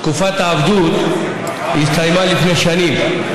תקופת העבדות הסתיימה לפני שנים.